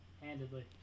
Handedly